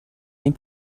این